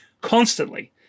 constantly